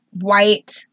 white